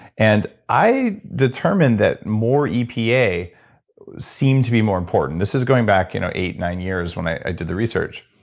and i determined that more epa seemed to be more important. this is going back you know eight, nine years when i did the research.